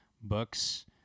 books